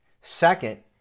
Second